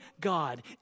God